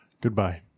Goodbye